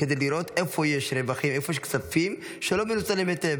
כדי לראות איפה יש כספים שלא מנוצלים היטב.